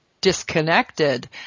disconnected